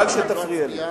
תצביעו נגד.